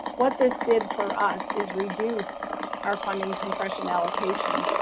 what this did for us is reduced our funding compression allocation,